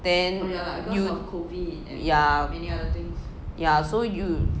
then you ya ya so you